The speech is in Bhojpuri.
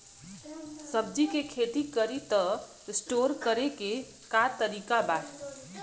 सब्जी के खेती करी त स्टोर करे के का तरीका बा?